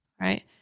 right